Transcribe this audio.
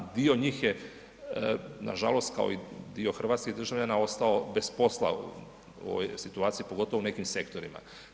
Dio njih je nažalost kao i dio hrvatskih državljana ostao bez posla u ovoj situaciji, pogotovo u nekim sektorima.